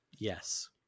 Yes